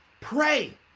pray